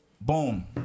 boom